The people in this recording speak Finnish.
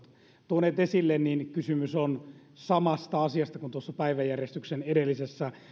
tuoneet esille niin kysymys on samasta asiasta kuin tuossa päiväjärjestyksen edellisessä